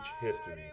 history